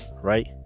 right